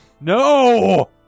No